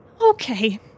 okay